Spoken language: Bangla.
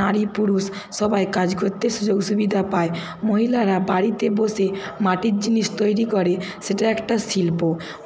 নারী পুরুষ সবাই কাজ করতে সুযোগ সুবিধা পায় মহিলারা বাড়িতে বসে মাটির জিনিস তৈরি করে সেটা একটা শিল্প